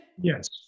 Yes